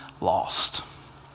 lost